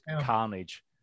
carnage